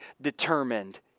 determined